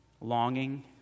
longing